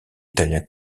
italien